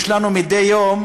יש לנו מדי יום